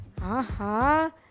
Aha